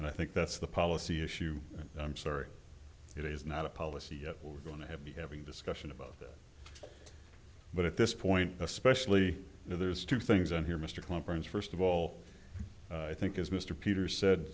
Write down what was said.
and i think that's the policy issue i'm sorry it is not a policy yet we're going to have be having discussion about this but at this point especially you know there's two things on here mr conference first of all i think is mr peters said